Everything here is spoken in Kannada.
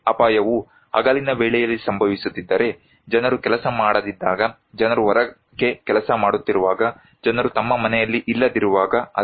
ಈ ಅಪಾಯವು ಹಗಲಿನ ವೇಳೆಯಲ್ಲಿ ಸಂಭವಿಸುತ್ತಿದ್ದರೆ ಜನರು ಕೆಲಸ ಮಾಡದಿದ್ದಾಗ ಜನರು ಹೊರಗೆ ಕೆಲಸ ಮಾಡುತ್ತಿರುವಾಗ ಜನರು ತಮ್ಮ ಮನೆಯಲ್ಲಿ ಇಲ್ಲದಿರುವಾಗ